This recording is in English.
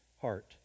heart